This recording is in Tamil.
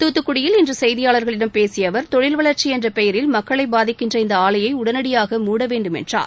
துத்துக்குடியில் இன்று செய்தியாளர்களிடம் பேசிய அவர் தொழில் வளர்ச்சி என்ற பெயரில் மக்களை பாதிக்கின்ற இந்த ஆலையை உடனடியாக மூட வேண்டும் என்றார்